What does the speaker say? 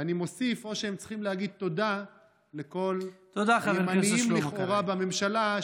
ואני מוסיף: או שהם צריכים להגיד תודה לכל הימנים לכאורה בממשלה,